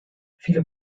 viele